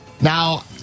Now